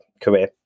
career